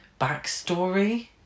backstory